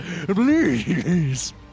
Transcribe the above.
Please